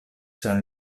ĉar